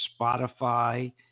spotify